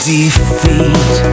Defeat